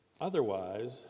Otherwise